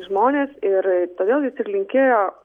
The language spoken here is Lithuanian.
žmonės ir todėl jis ir linkėjo